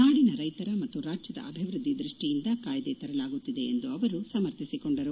ನಾಡಿನ ರೈತರ ಮತ್ತು ರಾಜ್ಯದ ಅಭಿವೃದ್ಧಿ ದೃಷ್ಟಿಯಿಂದ ಕಾಯ್ಗೆ ತರಲಾಗುತ್ತಿದೆ ಎಂದು ಅವರು ಸಮರ್ಥನೆ ಮಾಡಿಕೊಂಡರು